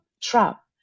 trap